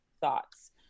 thoughts